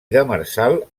demersal